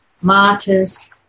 martyrs